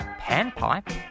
panpipe